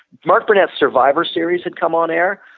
mark burnett survivor series had come on air,